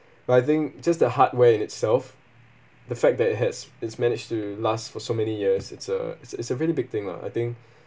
but I think just the hardware in itself the fact that it has is managed to last for so many years it's uh it's it's a very big thing lah I think